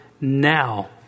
now